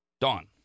Dawn